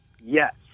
Yes